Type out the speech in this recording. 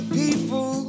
people